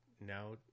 now